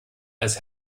als